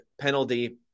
penalty